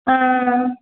ആ